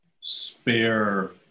spare